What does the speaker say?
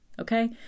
okay